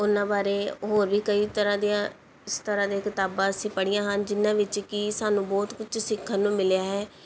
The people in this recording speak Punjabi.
ਉਹਨਾਂ ਬਾਰੇ ਹੋਰ ਵੀ ਕਈ ਤਰ੍ਹਾਂ ਦੀਆਂ ਇਸ ਤਰ੍ਹਾਂ ਦੀਆਂ ਕਿਤਾਬਾਂ ਅਸੀਂ ਪੜ੍ਹੀਆਂ ਹਨ ਜਿਹਨਾਂ ਵਿੱਚ ਕਿ ਸਾਨੂੰ ਬਹੁਤ ਕੁਝ ਸਿੱਖਣ ਨੂੰ ਮਿਲਿਆ ਹੈ